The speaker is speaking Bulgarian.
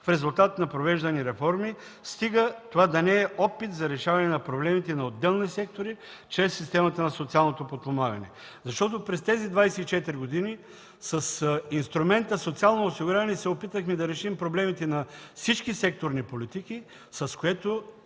в резултат на провеждани реформи, стига това да не е опит за решаване на проблемите на отделни сектори чрез системата на социалното подпомагане. Защото през тези 24 години с инструмента на социалното осигуряване се опитвахме да решим проблемите на всички секторни политики, с което